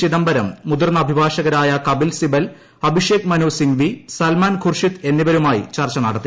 ചിദംബ്രെട് മുതിർന്ന അഭിഭാഷകരായ കപിൽ സിബൽ അഭിഷേക് മ്നു സിങ്വി സൽമാൻ ഖുർഷിത് എന്നിവരുമായി ചർച്ച നട്ത്തി